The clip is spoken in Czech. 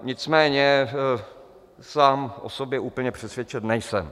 Nicméně sám o sobě úplně přesvědčen nejsem.